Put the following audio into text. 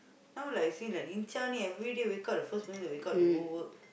now like you see like lincah everyday wake up the first morning wake up they go work